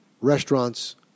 restaurants